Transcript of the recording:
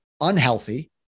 unhealthy